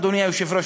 אדוני היושב-ראש,